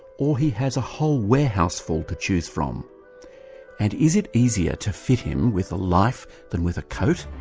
or he has a whole warehouseful to choose from and is it easier to fit him with a life than with a coat,